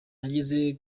ageze